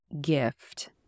gift